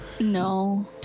No